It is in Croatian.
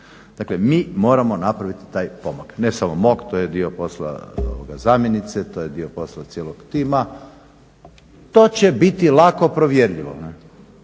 Dakle mi moramo napraviti taj pomak. Ne samo mog, to je dio posla zamjenice, to je dio posla cijelog tima. To će biti lako provjerljivo.